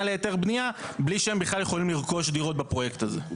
להיתר בנייה בלי שהם בכלל יכולים לרכוש דירות בפרויקט הזה.